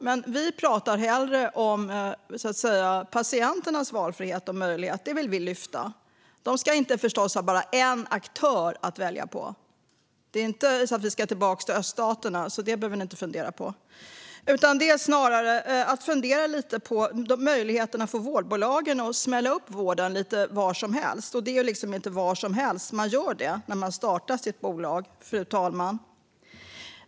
Men vi pratar hellre om patienternas valfrihet och möjlighet. Det vill vi lyfta fram. De ska förstås inte bara ha en aktör att välja. Det är inte så att vi ska tillbaka till öststaterna, så det behöver ni inte fundera på, utan det handlar snarare om att fundera lite på möjligheterna för vårdbolagen att smälla upp vård lite var som helst. Och det är liksom inte var som helst man gör det när man startar sitt bolag, fru talman.